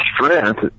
strength